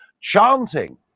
chanting